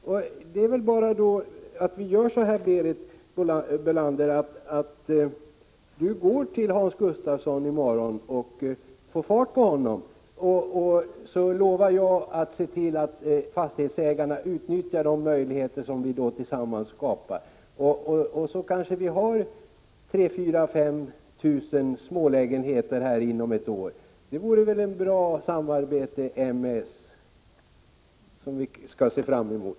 Om Berit Bölander går till Hans Gustafsson i morgon och får fart på honom så lovar jag att se till att fastighetsägarna utnyttjar de möjligheter som vi tillsammans kan skapa. Sedan kanske vi har 3 000-5 000 smålägenheter inom ett år. Det vore väl ett bra m-s-samarbete att se fram emot!